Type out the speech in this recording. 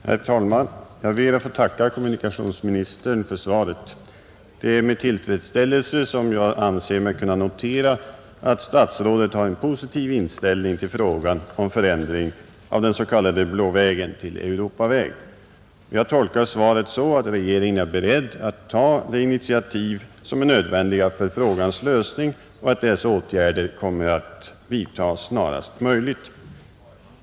Herr talman! Jag ber att få tacka kommunikationsministern för svaret. Det är med tillfredsställelse som jag anser mig kunna notera att statsrådet har en positiv inställning till frågan om förändring av den s.k. Blå vägen till Europaväg. Jag tolkar svaret så att regeringen är beredd att ta de initiativ som är nödvändiga för frågans lösning och att dessa åtgärder kommer att vidtas snarast möjligt.